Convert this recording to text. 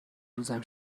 روزم